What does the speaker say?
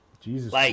Jesus